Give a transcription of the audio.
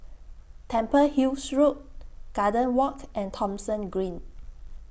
Temple Hills Road Golden Walk and Thomson Green